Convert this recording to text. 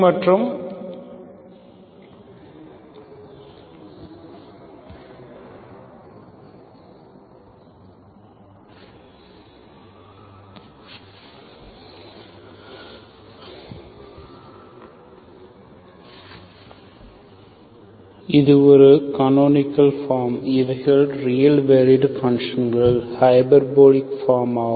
மற்றும் real valued பன்ஷங்கள் என இருக்கும் போது இது ஒரு கனோனிக்கள் ஃபார்ம் இவைகள் ரியல் வேலுட் பன்ஷங்கள் ஹைபர்போலிக் ஃபார்ம் ஆகும்